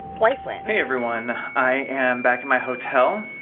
wife win. hey, everyone. i am back at my hotel.